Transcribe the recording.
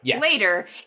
later